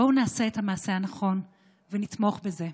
בואו נעשה את המעשה הנכון ונתמוך בזה.